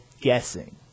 guessing